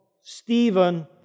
Stephen